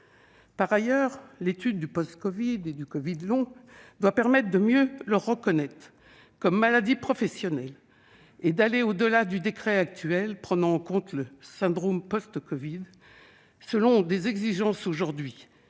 Par ailleurs, l'étude du post-covid et du covid long doit permettre une meilleure reconnaissance comme maladie professionnelle. Il faut aller au-delà du décret actuel, prenant en compte le syndrome post-covid selon des exigences manifestement